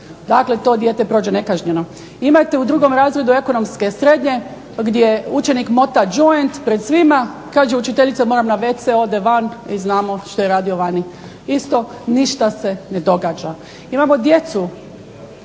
Dakle, to dijete prođe nekažnjeno. Imate u drugom razredu Ekonomske srednje gdje učenik mota džoint pred svima. Kaže učiteljica moram na wc, ode van i znamo što je radio vani. Isto ništa se ne događa. Imamo djecu